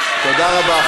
תודה רבה.